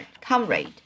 comrade